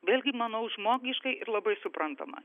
vėlgi manau žmogiškai ir labai suprantamai